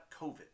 COVID